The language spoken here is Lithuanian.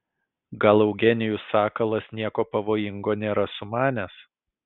gal eugenijus sakalas nieko pavojingo nėra sumanęs